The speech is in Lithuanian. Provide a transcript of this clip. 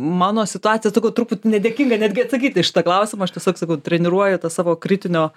mano situacija sakau truput nedėkinga netgi atsakyt į šitą klausimą aš tiesiog sakau treniruoju tą savo kritinio